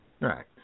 Right